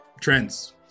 Trends